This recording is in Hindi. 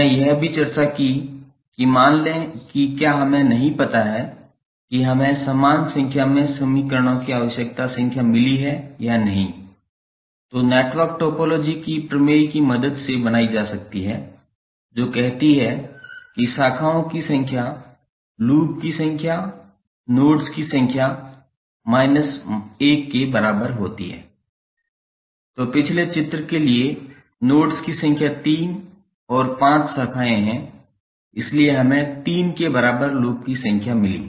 हमने यह भी चर्चा की कि मान लें कि क्या हमें नहीं पता है कि हमें समान संख्या में समीकरणों की आवश्यक संख्या मिली है या नहीं जो नेटवर्क टोपोलॉजी के प्रमेय की मदद से बनाई जा सकती है जो कहती है कि शाखाओं की संख्या लूप की संख्या plus नोड्स की संख्या minus 1 के बराबर है तो पिछले चित्र के लिए नोड्स की संख्या 3 और 5 शाखाएं इसलिए हमें 3 के बराबर लूप की संख्या मिली